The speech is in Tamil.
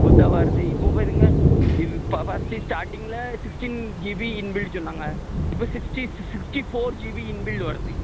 புதுசாக வருது இப்போ பாருங்கள் இது ஃபர்ஸ்ட்டு ஸ்டார்ட்டிங்கில் சிக்ஸ்டீன் ஜிபி இன்பில்டுன்னு சொன்னாங்க இப்போ sixty sixty four GB inbuilt வருது